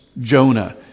Jonah